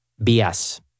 BS